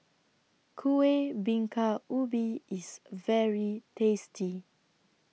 Kueh Bingka Ubi IS very tasty